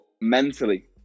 mentally